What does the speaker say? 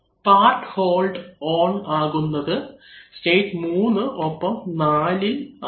part hold on ആകുന്നത് state 3 ഒപ്പം 4ഇൽ ആണ്